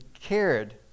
cared